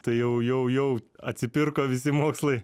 tai jau jau jau atsipirko visi mokslai